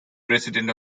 president